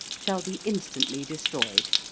shall be instantly destroyed.